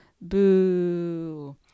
Boo